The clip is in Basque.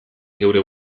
geure